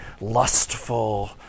lustful